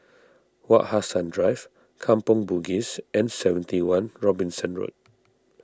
Wak Hassan Drive Kampong Bugis and seventy one Robinson Road